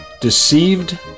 Deceived